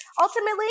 Ultimately